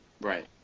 Right